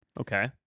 okay